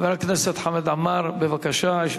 חבר הכנסת חמד עמאר, בבקשה.